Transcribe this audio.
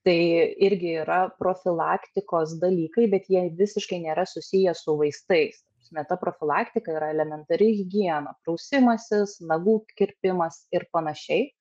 tai irgi yra profilaktikos dalykai bet jie visiškai nėra susiję su vaistais ta prasme ta profilaktika yra elementari higiena prausimasis nagų kirpimas ir panašiai